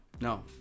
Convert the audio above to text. no